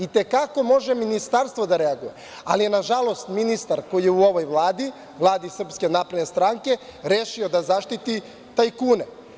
I te kako može ministarstvo da reaguje, ali je, nažalost, ministar koji je u ovoj Vladi, Vladi SNS; rešio da zaštiti tajkune.